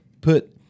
put